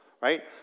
Right